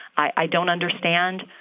i don't understand.